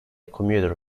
commuter